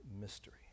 Mystery